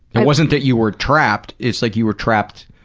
it wasn't that you were trapped. it's like you were trapped.